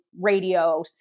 radio